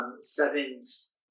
Seven's